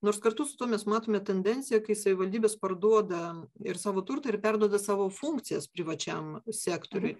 nors kartu su tuo mes matome tendenciją kai savivaldybės parduoda ir savo turtą ir perduoda savo funkcijas privačiam sektoriui